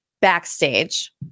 backstage